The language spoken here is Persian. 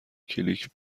کلیک